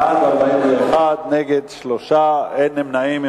בעד, 41, נגד, 3, אין נמנעים.